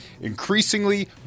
increasingly